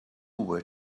were